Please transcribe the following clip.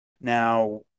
Now